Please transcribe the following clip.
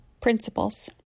Principles